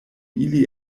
ili